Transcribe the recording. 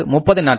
30 நாட்கள்